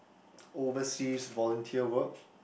oversea volunteer work